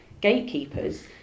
gatekeepers